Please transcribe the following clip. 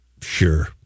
sure